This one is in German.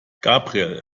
gabriel